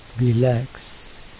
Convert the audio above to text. relax